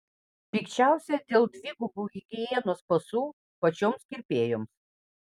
pikčiausia dėl dvigubų higienos pasų pačioms kirpėjoms